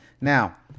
Now